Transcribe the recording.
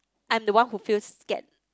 I'm the one who feels scared